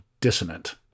dissonant